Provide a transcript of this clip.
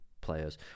players